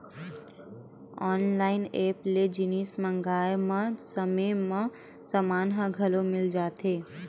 online app ले जिनिस मंगाए म समे म समान ह घलो मिल जाथे